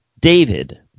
David